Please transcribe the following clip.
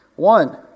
One